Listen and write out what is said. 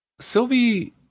Sylvie –